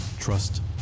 trust